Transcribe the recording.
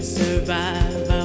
survive